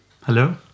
hello